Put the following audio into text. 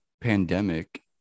pandemic